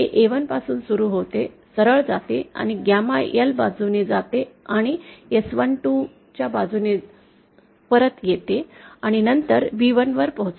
हे A1 पासून सुरू होते सरळ जाते आणि गॅमा L बाजूने जाते आणि S12 च्या बाजूने परत येते आणि नंतर B1 वर पोहोचते